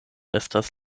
estas